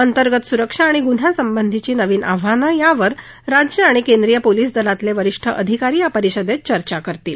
अंतर्गत सुरक्षा आणि गुन्ह्यासंबधीची नवीन आव्हानं यावर राज्य आणि केंद्रीय पोलिस दलातले वरिष्ठ अधिकारी या परिषदेत चर्चा करतील